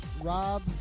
Rob